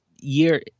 year